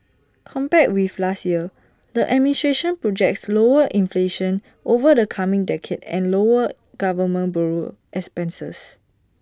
compared with last year the administration projects lower inflation over the coming decade and lower government borrowing expenses